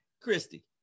Christy